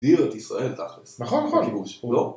מה שלומך?